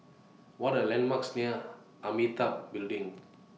What Are landmarks near Amitabha Building